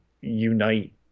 unite